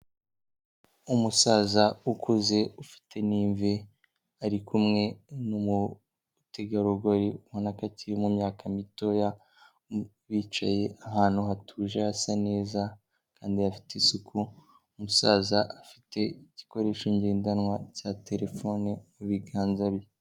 Umusaza ukuze ufite n'imvi ari kumwe n'umutegarugori ubona ko akiri mumyaka mitoya, bicaye ahantu hatuje hasa neza kandi hafite isuku, umusaza afite igikoresho ngendanwa cya telefone mu biganza bye.